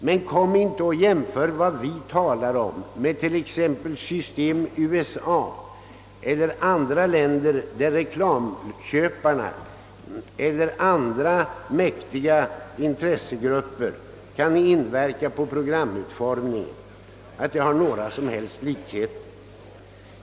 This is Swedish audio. Men kom inte och jämför vad vi talar om med t.ex. system USA eller med systemen i andra länder, där reklamköparna eller andra mäktiga intressegrupper kan inverka på programutformningen! Den reklamfinansiering vi föreslår har inte några som helst likheter med dessa system.